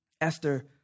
Esther